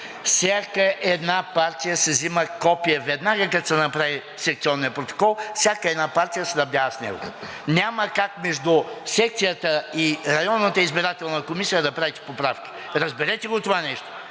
Всяка една партия си взима копие веднага като се направи секционният протокол, всяка една партия се снабдява с него. Няма как между секцията и районната избирателна комисия да правите поправки, разберете го това нещо.